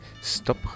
Stop